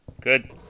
Good